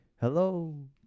Hello